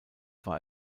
war